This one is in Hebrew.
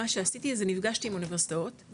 מה שעשיתי זה נפגשתי עם אוניברסיטאות,